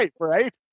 Right